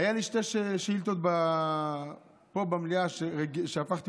היו לי שתי שאילתות פה במליאה שהפכתי